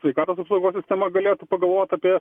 sveikatos sistema galėtų pagalvot apie